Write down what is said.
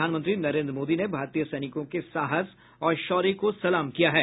प्रधानमंत्री नरेन्द्र मोदी ने भारतीय सैनिकों के साहस और शौर्य को सलाम किया है